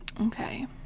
Okay